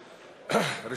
ו-7051.